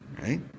right